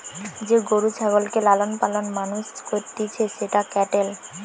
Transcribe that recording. যে গরু ছাগলকে লালন পালন মানুষ করতিছে সেটা ক্যাটেল